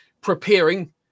preparing